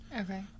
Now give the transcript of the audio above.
Okay